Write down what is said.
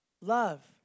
Love